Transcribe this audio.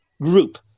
group